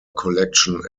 collection